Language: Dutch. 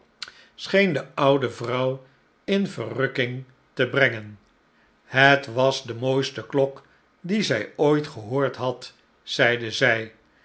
de oude vrouw in verrukking te brenstephen keert terug naar zijne woning gen het was de mooiste klok die zij ooit gehoord had zeide zij